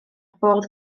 bwrdd